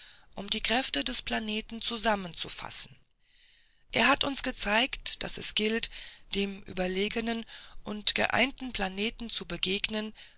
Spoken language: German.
um die kräfte des planeten zusammenzufassen er hat uns gezeigt daß es gilt dem überlegenen und geeinten planeten zu begegnen